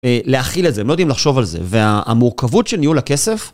להכיל את זה, הם לא יודעים לחשוב על זה, והמורכבות של ניהול הכסף...